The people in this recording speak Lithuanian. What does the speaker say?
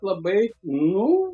labai nu